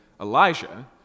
Elijah